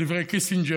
על דברי קיסינג'ר,